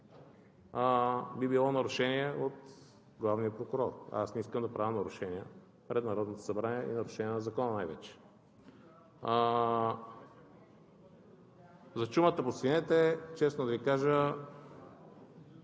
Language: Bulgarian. би било нарушение от главния прокурор, а аз не искам да правя нарушения пред Народното събрание и нарушения на закона най вече. За чумата по свинете. Честно да Ви кажа